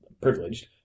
privileged